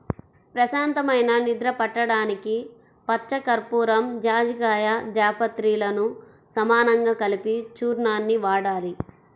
ప్రశాంతమైన నిద్ర పట్టడానికి పచ్చకర్పూరం, జాజికాయ, జాపత్రిలను సమానంగా కలిపిన చూర్ణాన్ని వాడాలి